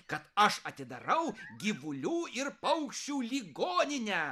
kad aš atidarau gyvulių ir paukščių ligoninę